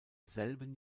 selben